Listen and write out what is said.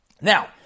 Now